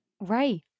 Right